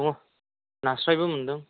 दङ नास्रायबो मोनदों